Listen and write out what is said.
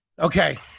Okay